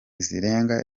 zirenga